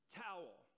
towel